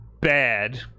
bad